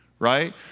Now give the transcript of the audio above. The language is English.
Right